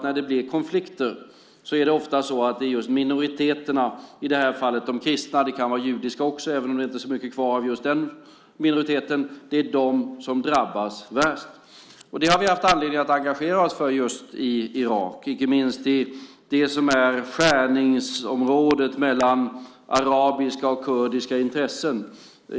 När det blir konflikter är det ofta just minoriteterna, i det här fallet de kristna - det kan vara judiska också även om det inte är så mycket kvar av just den minoriteten - som drabbas värst. Det har vi haft anledning att engagera oss för just i Irak, inte minst i det som är skärningsområdet mellan arabiska och kurdiska intressen.